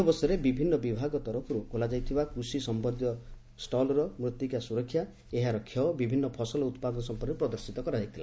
ଏହି ଅବସରରେ ବିଭିନ୍ନ ବିଭାଗ ତରଫର୍ ଖୋଲାଯାଇଥିବା କୃଷି ସମ୍ୟନ୍ଧୀୟ ଷ୍ଟଲ୍ରେ ମୁର୍ଭିକା ସୁରକ୍ଷା ଏହାର କ୍ଷୟ ବଭିନ୍ନ ଫସଲ ଉପାଦନ ସମ୍ପର୍କରେ ପ୍ରଦର୍ଶିତ କରାଯାଇଥିଲା